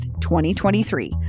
2023